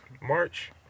March